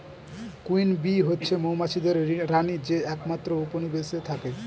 queen bee হচ্ছে মৌমাছিদের রানী যে একমাত্র উপনিবেশে থাকে